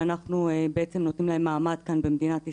ואנחנו בעצם נותנים להם מעמד כאן במדינת ישראל,